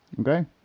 okay